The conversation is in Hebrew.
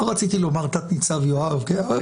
עוד" פיסמן,